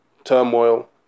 turmoil